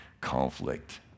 conflict